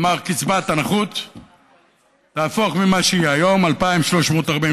ואמר: קצבת הנכות תהפוך ממה שהיא היום: 2,342,